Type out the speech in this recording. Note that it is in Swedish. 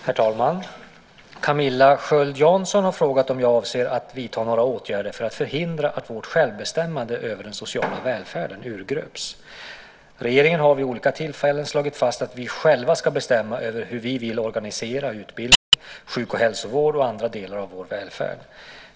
Herr talman! Camilla Sköld Jansson har frågat om jag avser att vidta några åtgärder för att förhindra att vårt självbestämmande över den sociala välfärden urgröps. Regeringen har vid olika tillfällen slagit fast att vi själva ska bestämma över hur vi vill organisera utbildning, sjuk och hälsovård och andra delar av vår välfärd.